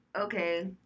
okay